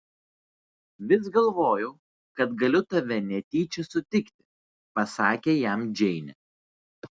vis galvojau kad galiu tave netyčia sutikti pasakė jam džeinė